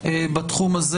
בתחום הזה.